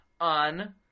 on